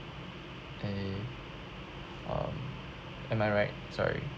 eh um am I right sorry